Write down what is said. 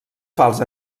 fals